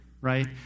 right